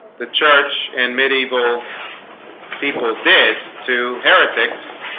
the church and medieval people did to heretics